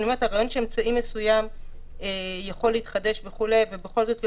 אני אומרת שהרעיון שאמצעי מסוים יכול להתחדש וכו' ובכל זאת להיות,